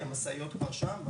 המשאיות כבר שם?